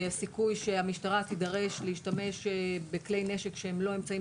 הסיכוי שהמשטרה תידרש להשתמש בכלי נשק שהם לא אמצעים